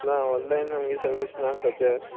ना ऑनलायन आमगे सर्वीस ना सोद्या